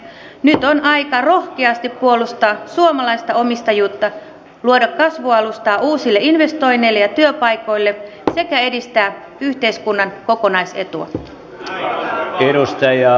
nyt on aika rohkeasti puolustaa suomalaista omistajuutta luoda kasvualustaa uusille investoinneille ja työpaikoille sekä edistää yhteiskunnan kokonaisetua